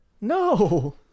No